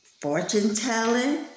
fortune-telling